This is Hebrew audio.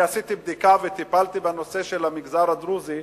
אני עשיתי בדיקה וטיפלתי בנושא של המגזר הדרוזי.